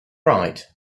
right